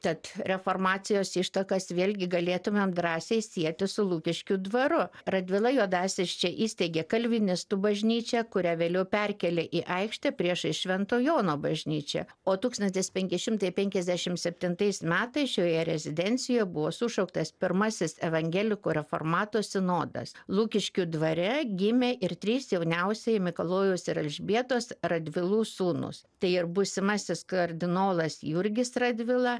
tad reformacijos ištakas vėlgi galėtumėm drąsiai sieti su lukiškių dvaru radvila juodasis čia įsteigė kalvinistų bažnyčią kurią vėliau perkėlė į aikštę priešais švento jono bažnyčią o tūkstantis penki šimtai penkiasdešim septintais metais šioje rezidencijoje buvo sušauktas pirmasis evangelikų reformatų sinodas lukiškių dvare gimė ir trys jauniausieji mikalojaus ir elžbietos radvilų sūnūs tai ir būsimasis kardinolas jurgis radvila